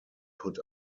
put